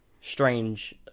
strange